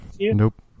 Nope